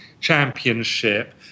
Championship